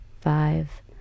five